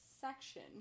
section